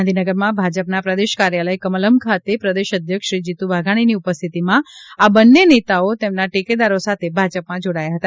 ગાંધીનગરમાં ભાજપના પ્રદેશ કાર્યાલય કમલમ ખાતે પ્રદેશ અધ્યક્ષ શ્રી જીતુ વાઘાણીની ઉપસ્થિતિમાં આ બંને નેતાઓ તેમના ટેકેદારો સાથે ભાજપમાં જોડાયા હતા